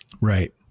Right